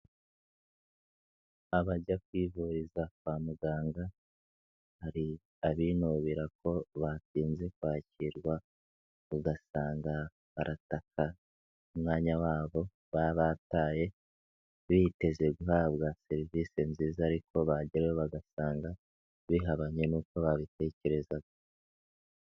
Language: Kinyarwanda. Abajya kwivuriza kwa muganga hari abubira ko batinze kwakirwa ugasanga barataka umwanya wabo baba bataye biteze guhabwa serivisi nziza ariko bagera yo bagasanga bihabanye n'uko babitekerezaga.